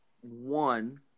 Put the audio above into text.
One